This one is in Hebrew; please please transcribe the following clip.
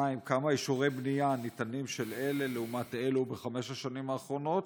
2. כמה אישורי בנייה ניתנו לאלה לעומת אלה בחמש השנים האחרונות?